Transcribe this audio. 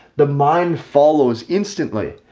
the mind follows instantly,